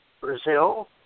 Brazil